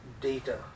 data